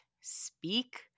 speak